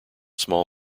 small